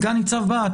סגן ניצב בהט,